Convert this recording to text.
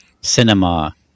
cinema